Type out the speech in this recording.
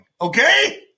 okay